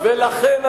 ולכן,